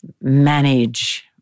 manage